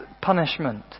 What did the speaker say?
punishment